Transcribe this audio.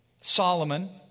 Solomon